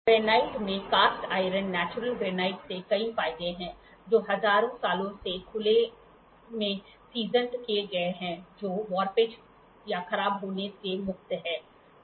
granite में cast iron natural granite के कई फायदे हैं जो हजारों सालों से खुले में सीजन किए गए हैं जो वॉरपेज या खराब होने से मुक्त हैं